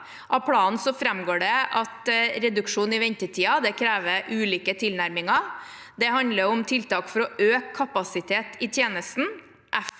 Av planen framgår det at reduksjon i ventetidene krever ulike tilnærminger. Det handler om tiltak for å øke kapasiteten i tjenesten,